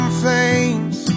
flames